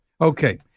Okay